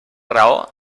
raó